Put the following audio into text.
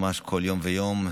ממש כל יום ויום.